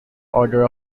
order